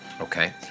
Okay